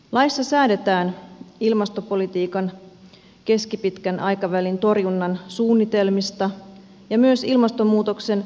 laissa säädetään ilmastopolitiikan keskipitkän aikavälin torjunnan suunnitelmista ja myös ilmastonmuutoksen sopeutumissuunnitelmista